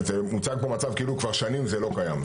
מוצג פה מצב כאילו כבר שנים זה לא קיים.